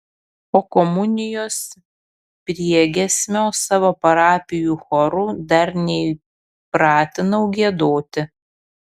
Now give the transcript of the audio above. o komunijos priegiesmio savo parapijų chorų dar neįpratinau giedoti